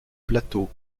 plateau